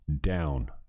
down